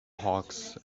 hawks